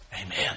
amen